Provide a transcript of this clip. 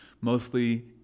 Mostly